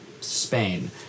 spain